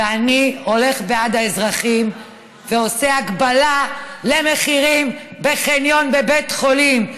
ואני הולך בעד האזרחים ועושה הגבלה למחירים בחניון בבית חולים,